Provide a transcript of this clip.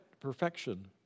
perfection